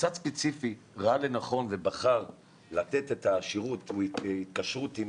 מוסד ספציפי ראה לנכון ובחר התקשרות עם